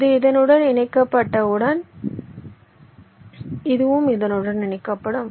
இது இதனுடன் இணைக்கப்படும் இதுவும் இதனுடன் இணைக்கப்படும்